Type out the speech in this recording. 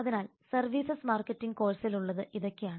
അതിനാൽ services marketing കോഴ്സിൽ ഉള്ളത് ഇതൊക്കെയാണ്